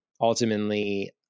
Ultimately